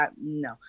no